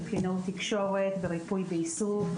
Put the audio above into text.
של תקשורת וריפוי ועיסוק,